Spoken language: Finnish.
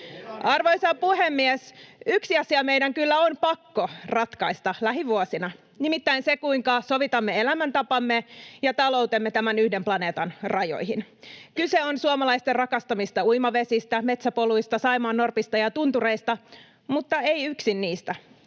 Arvoisa puhemies! Yksi asia meidän kyllä on pakko ratkaista lähivuosina. Nimittäin se, kuinka sovitamme elämäntapamme ja taloutemme tämän yhden planeetan rajoihin. Kyse on suomalaisten rakastamista uimavesistä, metsäpoluista, saimaannorpista ja tuntureista, mutta ei yksin niistä.